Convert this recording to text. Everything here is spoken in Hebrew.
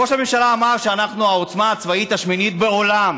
ראש הממשלה אמר שאנחנו העוצמה הצבאית השמינית בעולם